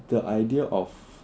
the idea of